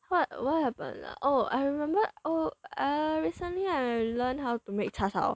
what what happen ah oh I remember oh uh recently I learn how to make 叉烧